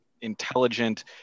intelligent